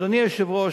אדוני היושב-ראש,